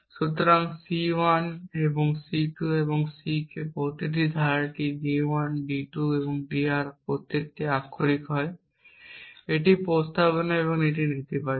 সুতরাং C 1 এবং C 2 এবং C k প্রতিটি ধারাটি d 1 d 2 বা d R প্রতিটি আক্ষরিক হয় একটি প্রস্তাবনা বা এটি নেতিবাচক